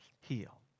heal